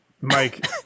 Mike